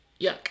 Yuck